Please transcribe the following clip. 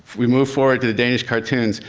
we move forward to the danish cartoons.